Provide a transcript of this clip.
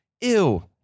ew